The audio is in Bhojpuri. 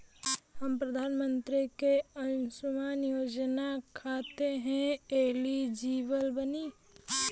हम प्रधानमंत्री के अंशुमान योजना खाते हैं एलिजिबल बनी?